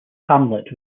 hamlet